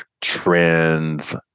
trends